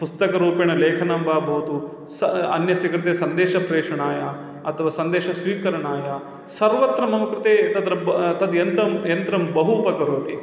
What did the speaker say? पुस्तकरूपेण लेखनं वा भवतु सः अन्यस्य कृते सन्देशप्रेषणाय अथवा सन्देशस्वीकरणाय सर्वत्र मम कृते तत्र तद् यन्त्रं यन्त्रं बहु उपकरोति